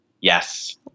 Yes